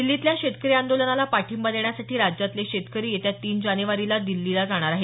दिल्लीतल्या शेतकरी आंदोलनाला पाठींबा देण्यासाठी राज्यातले शेतकरी येत्या तीन जानेवारीला दिल्लीला जाणार आहेत